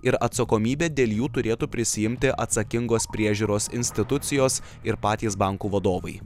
ir atsakomybę dėl jų turėtų prisiimti atsakingos priežiūros institucijos ir patys bankų vadovai